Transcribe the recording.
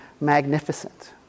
magnificent